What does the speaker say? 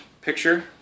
picture